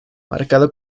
marcado